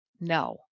no